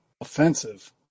offensive